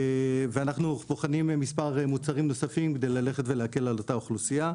אנחנו בוחנים מספר מוצרים נוספים כדי ללכת ולהקל על אותה אוכלוסייה.